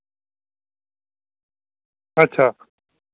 अच्छा